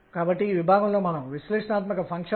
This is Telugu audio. కాబట్టి ఇది k 2ℏ kℏ